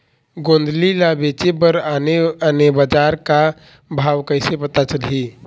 गोंदली ला बेचे बर आने आने बजार का भाव कइसे पता चलही?